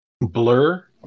blur